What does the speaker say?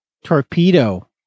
Torpedo